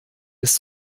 ist